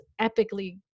epically